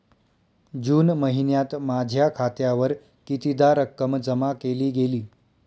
जून महिन्यात माझ्या खात्यावर कितीदा रक्कम जमा केली गेली?